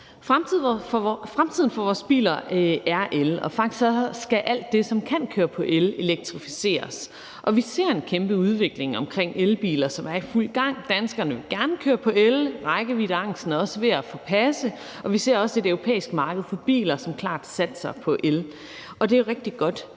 Fremtiden for vores biler er el, og faktisk skal alt det, som kan køre på el, elektrificeres. Vi ser en kæmpe udvikling omkring elbiler, som er i fuld gang. Danskerne vil gerne køre på el, rækkeviddeangsten er også ved at være forpasset, og vi ser et europæisk marked for biler, som klart satser på el, og det er rigtig godt,